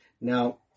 Now